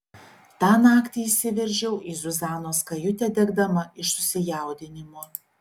tą naktį įsiveržiau į zuzanos kajutę degdama iš susijaudinimo